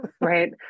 Right